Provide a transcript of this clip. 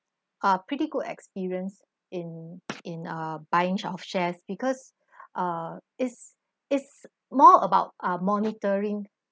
a pretty good experience in in uh buying of shares because uh it's it's more about uh monitoring